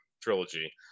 trilogy